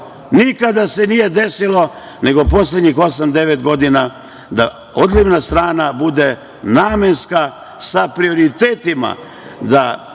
nikada se nije desilo nego poslednjih osam – devet godina, da odlivna strana bude namenska sa prioritetima, da